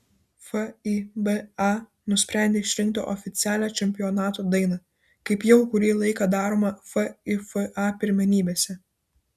fiba nusprendė išrinkti oficialią čempionato dainą kaip jau kurį laiką daroma fifa pirmenybėse